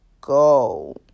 go